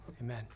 Amen